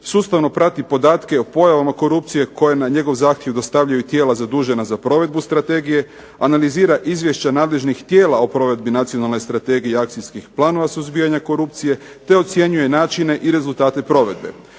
sustavno prati podatke o pojavama korupcije koje na njegov zahtjev dostavljaju tijela zadužena za provedbu strategije, analizira izvješća nadležnih tijela o provedbi nacionalne strategije i akcijskih planova suzbijanja korupcije, te ocjenjuje načine i rezultate provedbe.